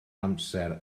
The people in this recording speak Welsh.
amser